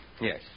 Yes